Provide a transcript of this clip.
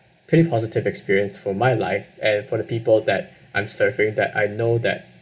pretty positive experience for my life and for the people that I'm serving that I know that